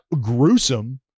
gruesome